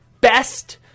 best